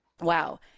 Wow